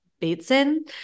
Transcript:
Bateson